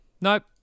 nope